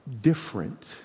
different